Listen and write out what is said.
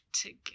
together